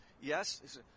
Yes